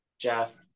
Jeff